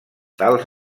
tals